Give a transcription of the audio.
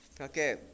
Okay